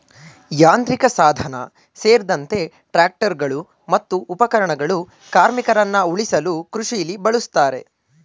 ಯಾಂತ್ರಿಕಸಾಧನ ಸೇರ್ದಂತೆ ಟ್ರಾಕ್ಟರ್ಗಳು ಮತ್ತು ಉಪಕರಣಗಳು ಕಾರ್ಮಿಕರನ್ನ ಉಳಿಸಲು ಕೃಷಿಲಿ ಬಳುಸ್ತಾರೆ